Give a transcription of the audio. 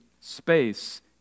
space